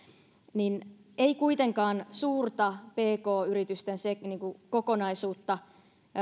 ei kuitenkaan suurta pk yritysten kokonaisuutta